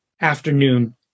afternoon